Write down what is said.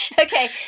Okay